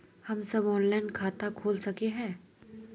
हम सब ऑनलाइन खाता खोल सके है?